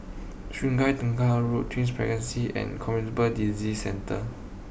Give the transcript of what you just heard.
Sungei Tengah Road Twin Regency and Communicable Disease Centre